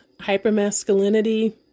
hypermasculinity